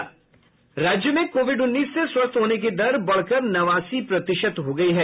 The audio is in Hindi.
राज्य में कोविड उन्नीस से स्वस्थ होने की दर बढ़कर नवासी प्रतिशत हो गयी है